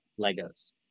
Legos